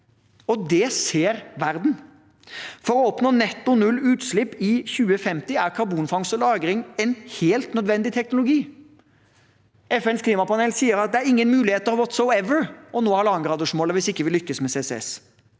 og det ser verden. For å oppnå netto null-utslipp i 2050 er karbonfangst og lagring en helt nødvendig teknologi. FNs klimapanel sier at det ikke er noen muligheter «whatsoever» for å nå 1,5-gradersmålet hvis vi ikke lykkes med CCS.